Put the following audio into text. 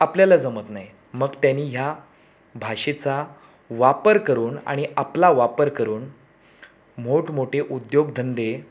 आपल्याला जमत नाही मग त्यांनी ह्या भाषेचा वापर करून आणि आपला वापर करून मोठमोठे उद्योगधंदे